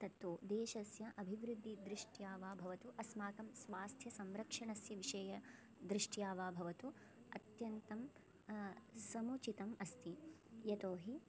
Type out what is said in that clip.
तत्तु देशस्य अभिवृद्धिदृष्ट्या वा भवतु अस्माकं स्वास्थ्यसंरक्षणस्य विषय दृष्ट्या वा भवतु अत्यन्तं समुचितम् अस्ति यतोहि